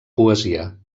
poesia